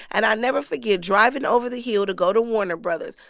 and i'll never forget driving over the hill to go to warner bros,